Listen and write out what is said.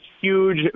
huge